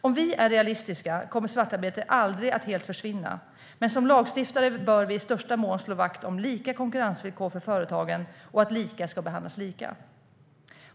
För att vara realistiska: Svartarbete kommer aldrig att helt försvinna, men som lagstiftare bör vi i möjligaste mån slå vakt om lika konkurrensvillkor för företagen och att lika ska behandlas lika.